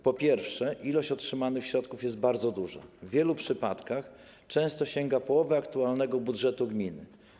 Po pierwsze, ilość otrzymanych środków jest bardzo duża, w wielu przypadkach sięga połowy aktualnego budżetu gminy.